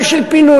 גם של פינוי,